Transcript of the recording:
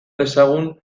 dezagun